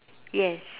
yes